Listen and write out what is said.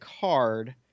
card